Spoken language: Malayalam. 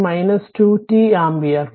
6 e 2t ആമ്പിയർ